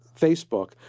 Facebook